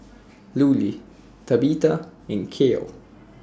Lulie Tabitha and Kiel